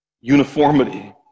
uniformity